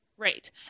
Right